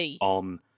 On